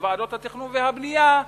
לוועדות התכנון והבנייה,